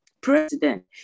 president